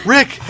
Rick